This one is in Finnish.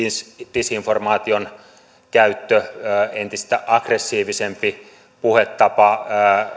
disinformaation käyttö entistä aggressiivisempi puhetapa